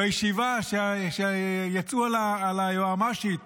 בישיבה שיצאו על היועמ"שית